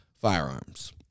firearms